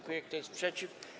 Kto jest przeciw?